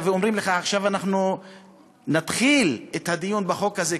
ואומרים לך: עכשיו אנחנו נתחיל את הדיון בחוק הזה,